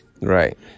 Right